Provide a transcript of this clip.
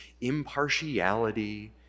impartiality